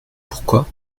pourquoi